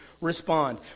respond